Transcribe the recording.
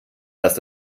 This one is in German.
dass